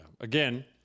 Again